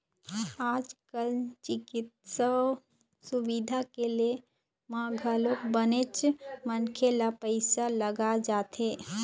आज कल चिकित्सा सुबिधा के ले म घलोक बनेच मनखे ल पइसा लग जाथे